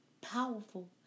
powerful